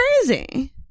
crazy